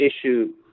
issue